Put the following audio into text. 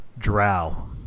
drow